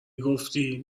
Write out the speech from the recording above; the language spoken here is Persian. گفتی